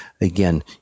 again